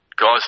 guys